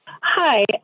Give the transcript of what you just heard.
Hi